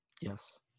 Yes